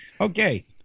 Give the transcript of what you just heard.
Okay